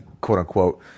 quote-unquote